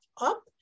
up